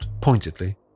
pointedly